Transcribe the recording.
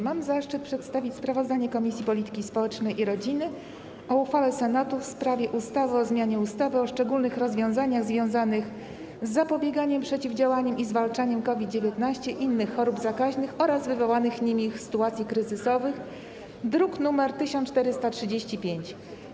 Mam zaszczyt przedstawić sprawozdanie Komisji Polityki Społecznej i Rodziny o uchwale Senatu w sprawie ustawy o zmianie ustawy o szczególnych rozwiązaniach związanych z zapobieganiem, przeciwdziałaniem i zwalczaniem COVID-19, innych chorób zakaźnych oraz wywołanych nimi sytuacji kryzysowych, druk nr 1435.